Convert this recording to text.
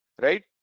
right